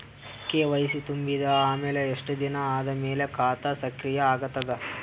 KYC ತುಂಬಿದ ಅಮೆಲ ಎಷ್ಟ ದಿನ ಆದ ಮೇಲ ಖಾತಾ ಸಕ್ರಿಯ ಅಗತದ?